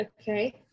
Okay